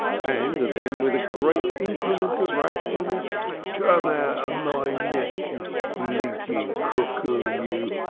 and then with a great increment of wrathfulness come out of my nest, you blinking cuckoo, you,